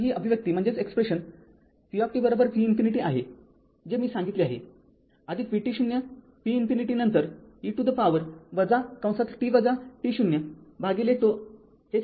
तर ही अभिव्यक्ती vtv∞ आहे जे मी सांगितले आहे vt0 v ∞ नंतर e to the power - भागिले τ